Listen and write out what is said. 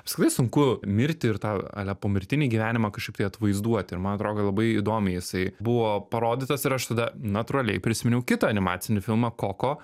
apskritai sunku mirti ir tą ale pomirtinį gyvenimą kažkaip tai atvaizduoti ir man atrodo kad labai įdomiai jisai buvo parodytas ir aš tada natūraliai prisiminiau kitą animacinį filmą koko